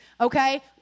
okay